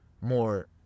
more